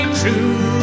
true